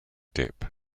dept